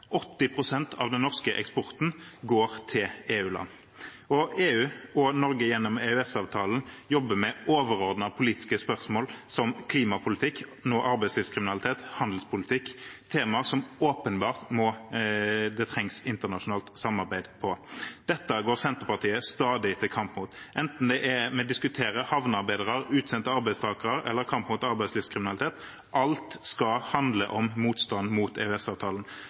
pst. av den norske eksporten går til EU-land. EU, og Norge gjennom EØS-avtalen, jobber med overordnede politiske spørsmål som klimapolitikk, nå arbeidslivskriminalitet og handelspolitikk – temaer som det åpenbart trengs internasjonalt samarbeid om. Dette går Senterpartiet stadig til kamp mot, enten vi diskuterer havnearbeidere, utsendte arbeidstakere eller kamp mot arbeidslivskriminalitet. Alt skal handle om motstand mot